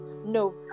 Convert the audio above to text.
no